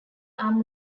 are